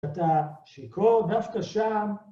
אתה שיכור דווקא שם.